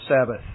Sabbath